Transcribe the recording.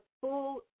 full